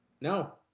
No